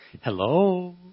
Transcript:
Hello